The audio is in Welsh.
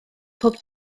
pob